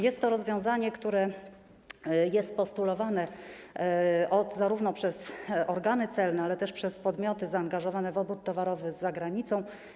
Jest to rozwiązanie, które jest postulowane zarówno przez organy celne, jak i przez podmioty zaangażowane w obrót towarowy z zagranicą.